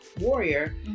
warrior